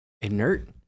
Inert